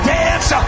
dance